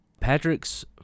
Patrick's